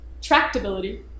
tractability